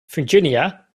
virginia